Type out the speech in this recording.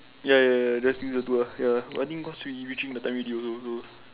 ya ya ya just leave the two lor ya I think cause we reaching the time already also so